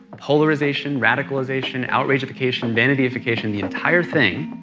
polarization, radicalization, outragification, vanityification, the entire thing,